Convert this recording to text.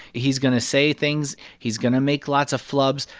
he's going to say things. he's going to make lots of flubs.